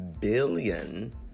billion